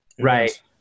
Right